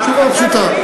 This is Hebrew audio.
התשובה היא פשוטה.